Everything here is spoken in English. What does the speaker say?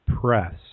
Press